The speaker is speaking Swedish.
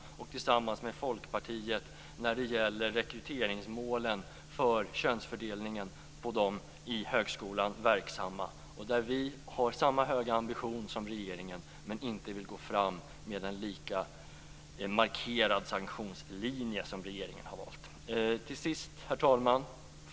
Tillsammans med Folkpartiet har vi reserverat oss när det gäller rekryteringsmålen för könsfördelningen bland dem i högskolan verksamma. Vi har där samma höga ambition som regeringen, men vi vill inte gå fram med en lika markerad sanktionslinje som den som regeringen har valt. Herr talman!